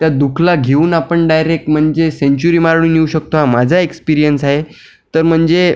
त्या दु खाला घेऊन आपण डायरेक्ट म्हणजे सेंचुरी मारून येऊ शकतो हा माझा एक्सपीरियंस आहे तर म्हणजे